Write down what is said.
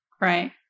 Right